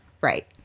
Right